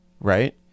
right